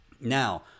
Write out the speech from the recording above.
Now